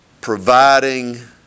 providing